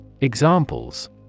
Examples